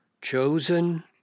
chosen